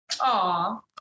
Aw